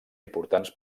importants